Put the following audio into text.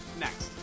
next